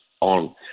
on